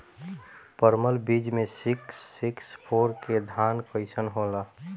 परमल बीज मे सिक्स सिक्स फोर के धान कईसन होला?